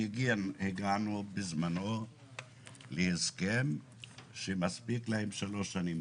- -הגענו בזמנו להסכם שמספיק להם שלוש שנים.